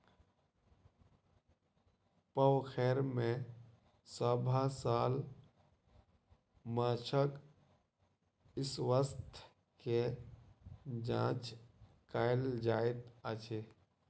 पोखैर में सभ साल माँछक स्वास्थ्य के जांच कएल जाइत अछि